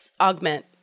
augment